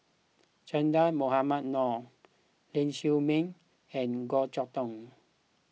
Che Dah Mohamed Noor Ling Siew May and Goh Chok Tong